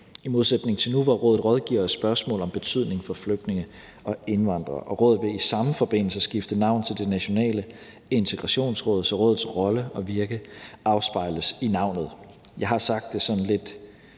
i modsætning til nu, hvor rådet rådgiver i spørgsmål af betydning for flygtninge og indvandrere. Rådet vil i samme forbindelse skifte navn til Det Nationale Integrationsråd, så rådets rolle og virke afspejles i navnet. Jeg har sagt sådan lidt